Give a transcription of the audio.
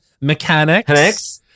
mechanics